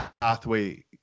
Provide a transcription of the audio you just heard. pathway